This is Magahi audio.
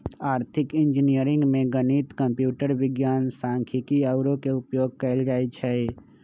आर्थिक इंजीनियरिंग में गणित, कंप्यूटर विज्ञान, सांख्यिकी आउरो के उपयोग कएल जाइ छै